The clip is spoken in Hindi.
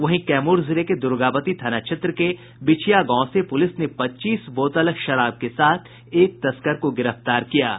वहीं कैमूर जिले के दुर्गावती थाना क्षेत्र के बिछिया गांव से पुलिस ने पच्चीस बोतल शराब के साथ एक तस्कर को गिरफ्तार किया है